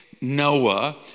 Noah